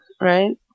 Right